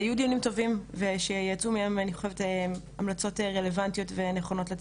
והיו דיונים טובים שיצאו מהם המלצות רלוונטיות ונכונות.